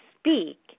speak